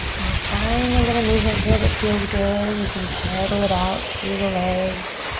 now find a little movement here that feels good. you can peddle it out through the legs.